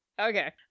Okay